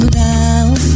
down